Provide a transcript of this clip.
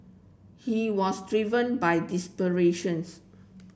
he was driven by desperations